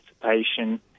participation